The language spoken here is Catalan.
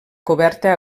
coberta